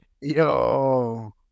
Yo